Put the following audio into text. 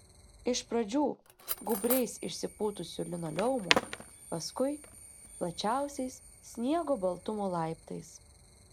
iš pradžių gūbriais išsipūtusiu linoleumu paskui plačiausiais sniego baltumo laiptais